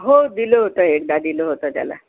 हो दिलं होतं एकदा दिलं होतं त्याला